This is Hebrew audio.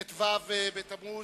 ט"ו בתמוז